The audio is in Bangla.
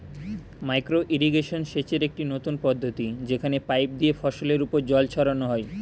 মাইক্রো ইরিগেশন সেচের একটি নতুন পদ্ধতি যেখানে পাইপ দিয়ে ফসলের উপর জল ছড়ানো হয়